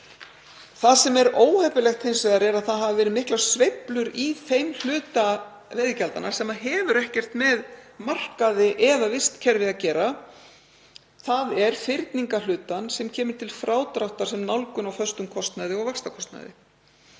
Það sem er hins vegar óheppilegt er að það hafa verið miklar sveiflur í þeim hluta veiðigjaldanna sem hefur ekkert með markaði eða vistkerfið að gera, þ.e. fyrningarhlutann, sem kemur til frádráttar sem nálgun á föstum kostnaði og vaxtakostnaði.